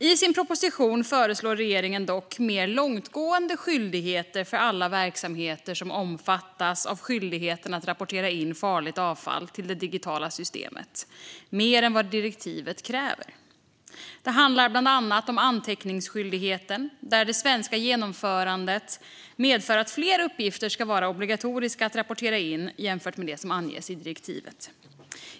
I sin proposition föreslår regeringen dock mer långtgående skyldigheter för alla verksamheter som omfattas av skyldigheten att rapportera in farligt avfall till det digitala systemet än vad direktivet kräver. Det handlar bland annat om anteckningsskyldigheten, där det svenska genomförandet medför att fler uppgifter ska vara obligatoriska att rapportera in jämfört med det som anges i direktivet.